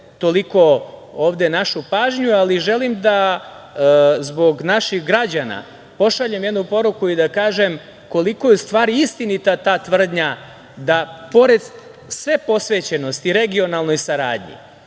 toliko ovde našu pažnju, ali želim da zbog naših građana pošaljem jednu poruku i da kažem koliko je u stvari istinita ta tvrdnja da pored sve posvećenosti regionalnoj saradnji,